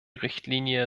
richtlinie